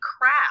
crap